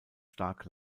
stark